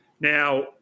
Now